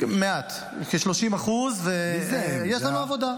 מעט, כ-30%, ויש לנו עבודה.